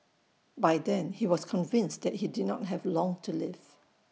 by then he was convinced that he did not have long to live